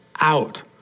out